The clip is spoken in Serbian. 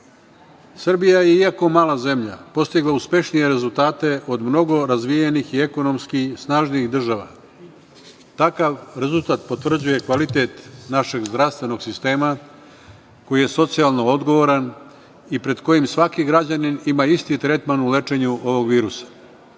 Srbija je, iako mala zemlja postigla uspešnije rezultate od mnogo razvijenijih i ekonomski snažnijih država. Takav rezultat potvrđuje kvalitet našeg zdravstvenog sistema koji je socijalno odgovoran i pred kojim svaki građanin ima isti tretman u lečenju ovog virusa.U